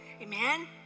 Amen